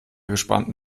gespannten